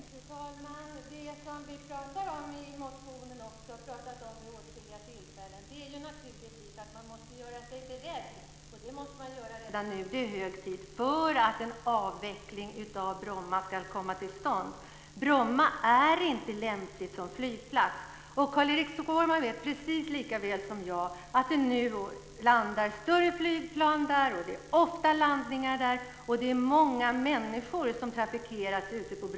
Fru talman! Vad vi talar om i motionen, och som vi talat om vid åtskilliga tillfällen, är naturligtvis att man redan nu - ja, det är t.o.m. hög tid att göra det - måste göra sig beredd på att en avveckling av Bromma flygplats ska komma till stånd. Bromma är nämligen inte lämpligt som flygplats. Carl-Erik Skårman vet precis lika väl som jag att större flygplan numera landar där, att det ofta är landningar där och att många människor trafikerar Bromma.